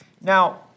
Now